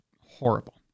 horrible